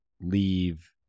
leave